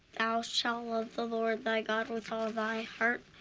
thou shalt love the lord thy god with all thy heart,